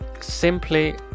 simply